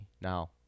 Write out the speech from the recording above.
Now